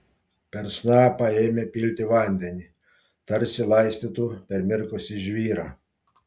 per snapą ėmė pilti vandenį tarsi laistytų permirkusį žvyrą